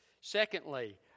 secondly